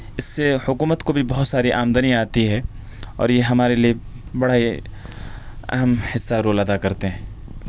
سے حکومت کو بھی بہت ساری آمدنی آتی ہے اور یہ ہمارے لیے بڑا ہی اہم حصّہ رول ادا کرتے ہیں